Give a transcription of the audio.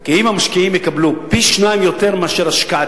כי אם המשקיעים יקבלו פי-שניים מהשקעתם,